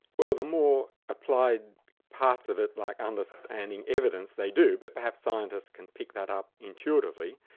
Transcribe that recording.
well the more applied parts of it like understanding evidence, they do, but perhaps scientists can pick that up intuitively.